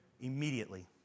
Immediately